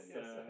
Yes